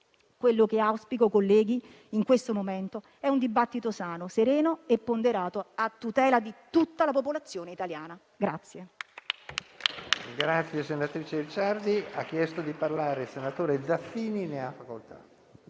attuale. Auspico, colleghi, in questo momento un dibattito sano, sereno e ponderato a tutela di tutta la popolazione italiana.